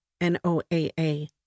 NOAA